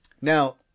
Now